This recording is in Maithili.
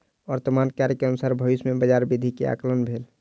वर्तमान कार्य के अनुसारे भविष्य में बजार वृद्धि के आंकलन भेल